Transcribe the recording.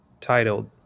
titled